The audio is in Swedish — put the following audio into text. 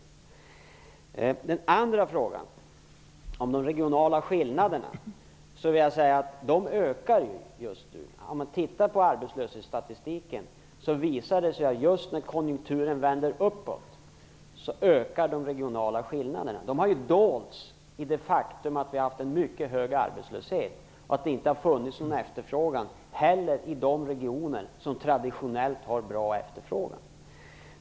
Beträffande den andra frågan om de regionala skillnaderna vill jag säga att de ökar just nu. Arbetslöshetsstatistiken visar att just när konjunkturen vänder uppåt, ökar de regionala skillnaderna. De har ju dolts av det faktum att vi har haft en mycket hög arbetslöshet. Det har inte heller funnits någon efterfrågan i de regioner som traditionellt har haft bra efterfrågan.